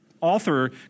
author